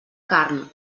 carn